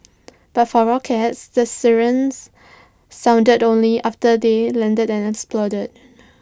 but for rockets the sirens sounded only after they landed and exploded